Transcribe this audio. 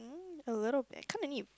um a little bit I kinda need to